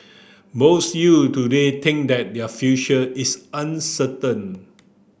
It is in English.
most youth today think that their future is uncertain